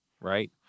right